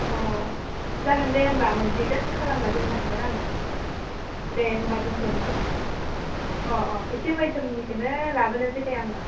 अ जागोन दे होनबा मोनहैगोन खालामना दोननो हागोन आङो दे होनबा दोन्थ'नोसै अ अ इसे मध्यमनिखौनो लाबोनोसै दे आं